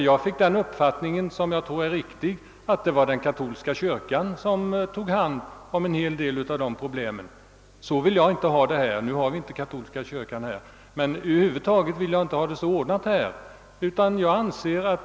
Jag fick då den uppfattningen, som jag tror är riktig, att det var den katolska kyrkan som tog hand om en hel del av dessa problem. Så vill jag inte att vi skall ha det här. Vi har för övrigt inte någon sådan katolsk kyrka här.